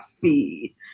feed